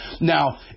Now